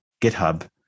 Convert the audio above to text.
GitHub